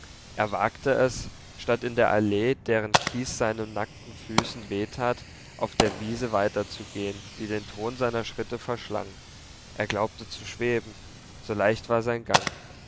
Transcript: er wagte es statt in der allee deren kies seinen nackten füßen weh tat auf der wiese weiterzugehen die den ton seiner schritte verschlang er glaubte zu schweben so leicht war sein gang